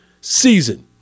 season